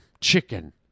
chicken